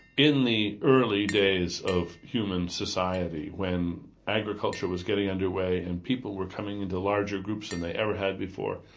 in the early days of human society when agriculture was getting underway and people were coming into larger groups than they ever had before,